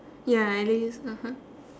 ya at least (uh huh)